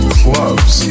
clubs